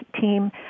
team